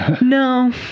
No